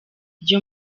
ryo